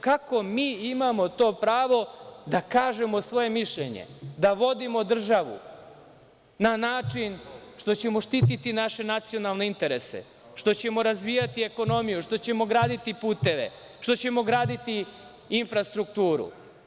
Kako mi imamo to pravo da kažemo svoje mišljenje, da vodimo državu na način što ćemo štiti naše nacionalne interese, što ćemo razvijati ekonomiju, što ćemo graditi puteve, što ćemo graditi infrastrukturu?